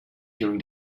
during